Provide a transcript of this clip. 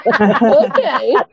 Okay